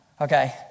okay